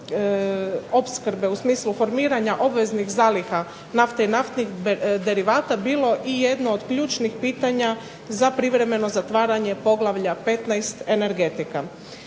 opskrbe u smislu obveznih formiranja zaliha nafte i naftnih derivata bilo i jedno od ključnih pitanja za privremeno zatvaranje poglavlja 15 – Energetika.